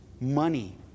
Money